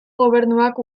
gobernuak